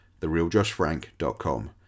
therealjoshfrank.com